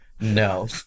No